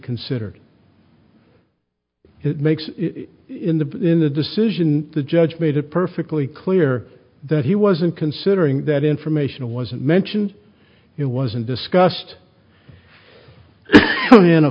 considered it makes it in the in the decision the judge made it perfectly clear that he wasn't considering that information wasn't mentioned it wasn't discussed i